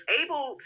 able